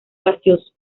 gaseoso